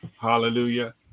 hallelujah